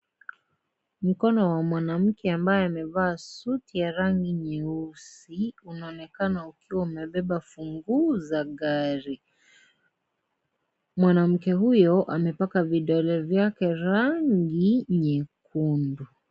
Mkono wa mwanamke ambaye amevaa suti ya rangi nyeusi unaonekana ukiwa umebeba ufunguu za gari. Mwanamke huyo amepaka vidole vyake rangi nyekundu.